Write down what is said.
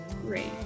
great